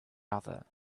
other